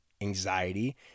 anxiety